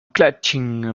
clutching